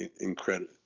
incredible